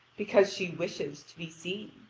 because she wishes to be seen.